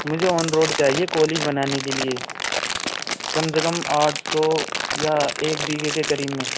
مجھے on road چاہیے college بنانے کے لیے کم سے کم آٹھ سو یا ایک بیگھے کے قریب میں